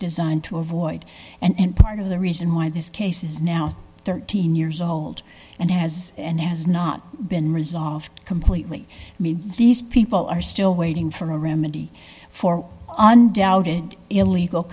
designed to avoid and part of the reason why this case is now thirteen years old and has and has not been resolved completely i mean these people are still waiting for a remedy for undoubted illegal